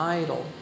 idol